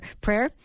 prayer